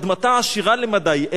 שאדמתה עשירה למדי,